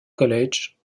college